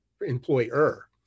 employer